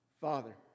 father